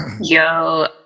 Yo